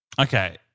Okay